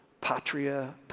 patria